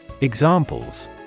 Examples